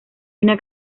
una